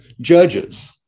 judges